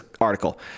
article